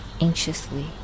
anxiously